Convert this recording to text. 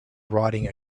riding